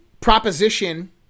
proposition